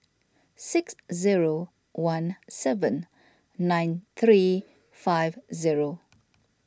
six zero one seven nine three five zero